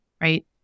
right